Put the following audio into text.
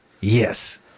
Yes